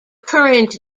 current